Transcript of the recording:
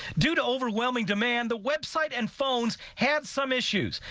due to overwhelming demand, the website and phone have some issues.